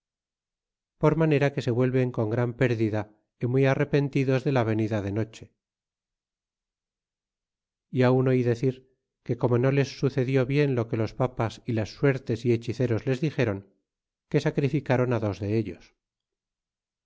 por manera que se vuelven con gran pérdida y muy arrepentidos de la venida de noche y aun oí decir que como no les sucedió bien lo que los papas y las suertes y hechizeros les dixéron que sacrificaron dos dellos